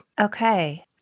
Okay